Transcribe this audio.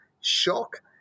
shock